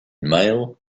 male